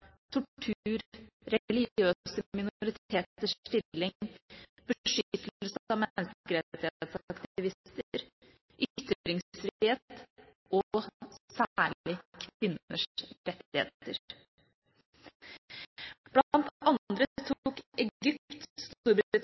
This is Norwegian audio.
tortur, religiøse minoriteters stilling, beskyttelse av menneskerettighetsaktivister, ytringsfrihet og særlig kvinners rettigheter. Blant andre tok Egypt,